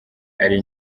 ari